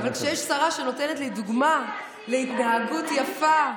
אבל כשיש שרה שנותנת לי דוגמה להתנהגות יפה,